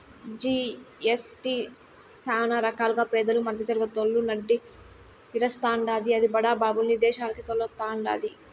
GST సానా రకాలుగా పేదలు, మద్దెతరగతోళ్ళు నడ్డి ఇరస్తాండాది, అది బడా బాబుల్ని ఇదేశాలకి తోల్తండాది